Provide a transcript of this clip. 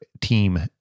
team